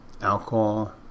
Alcohol